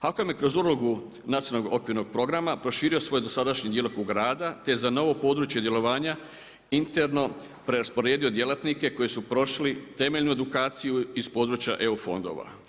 HAKOM je kroz ulogu Nacionalnog okvirnog programa proširio svoj dosadašnji djelokrug rada te je za novo područje djelovanja interno preraspodijelio djelatnike koji su prošli temeljnu edukaciju iz područja EU fondova.